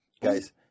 Guys